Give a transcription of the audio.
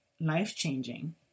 life-changing